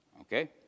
Okay